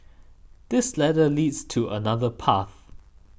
this ladder leads to another path